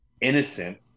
innocent